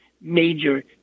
major